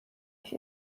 ich